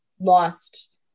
Lost